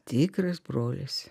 tikras brolis